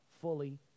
fully